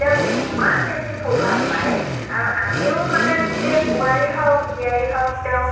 তেওঁ ইমান বেছি ফুল ভাল পায় আৰু আমিও মানে গোটেই বোৱাৰী হওক জীয়ৰী হওক তেওঁৰ